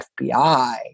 FBI